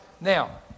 Now